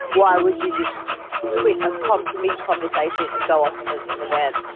why would she just quit a mean conversation and go off in the in the van?